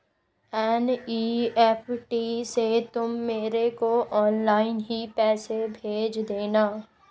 NEFT से तुम मेरे को ऑनलाइन ही पैसे भेज देना